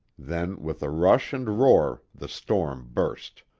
then with a rush and roar the storm burst.